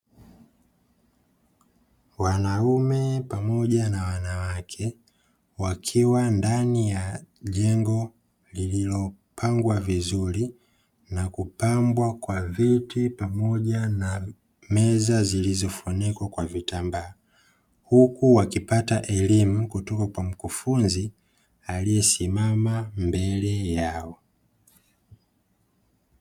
Wanaume pamoja na wanawake wakiwa ndani ya jengo lililopangwa vizuri na kupambwa kwa viti pamoja na meza, zilizofunikwa kwa vitambaa, huku wakipata elimu kutoka kwa mkufunzi aliyesimama mbele yao.